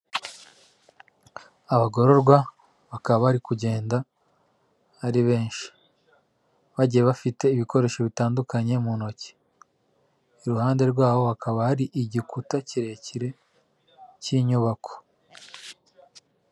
Abagororwa bakaba bari kugenda ari benshi bagiye bafite ibikoresho bitandukanye mu ntoki, i ruhande rwabo hakaba ari igikuta kirekire cy'inyubako.